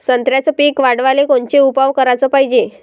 संत्र्याचं पीक वाढवाले कोनचे उपाव कराच पायजे?